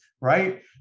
right